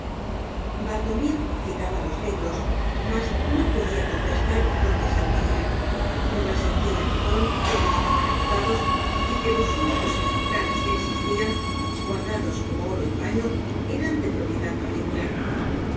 baldomir citaba los libros mas no podía contestar dónde se adquirían por la sencilla razón de que estaban agotados y que los únicos ejemplares que existían guardados como oro en paño eran de propiedad particular